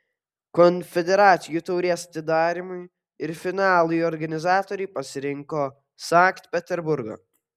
konfederacijų taurės atidarymui ir finalui organizatoriai pasirinko sankt peterburgą